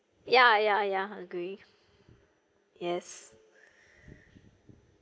ya ya ya agree yes